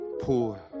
Poor